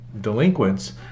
delinquents